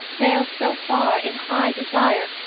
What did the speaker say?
fail so far in high desire,